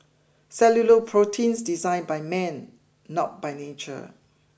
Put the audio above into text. cellular proteins designed by man not by nature